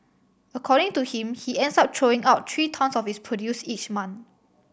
according to him he ends up throwing out three tonnes of his produce each month